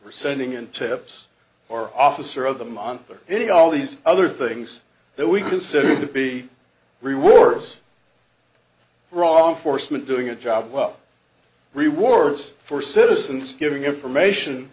or sending in tips or officer of the month or any all these other things that we considered to be rewards wrong foresman doing a job well rewards for citizens giving information